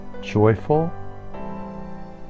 joyful